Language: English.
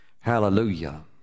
Hallelujah